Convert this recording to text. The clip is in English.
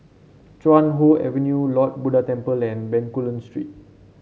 Chuan Hoe Avenue Lord Buddha Temple and Bencoolen Street